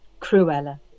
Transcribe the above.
Cruella